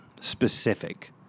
Specific